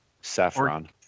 saffron